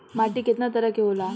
माटी केतना तरह के होला?